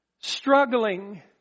struggling